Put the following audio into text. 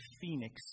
phoenix